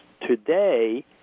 today